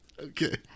Okay